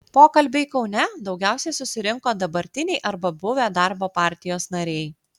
pokalbiui kaune daugiausiai susirinko dabartiniai arba buvę darbo partijos nariai